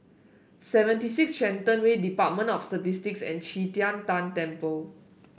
Seventy Six Shenton Way Department of Statistics and Qi Tian Tan Temple